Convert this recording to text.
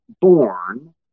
born